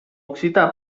occità